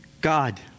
God